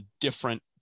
different